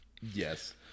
Yes